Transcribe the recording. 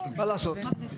לא רק משרד המשפטים.